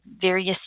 various